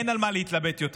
אין על מה להתלבט יותר,